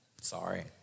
Sorry